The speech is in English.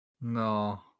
No